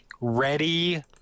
Ready